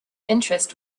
interest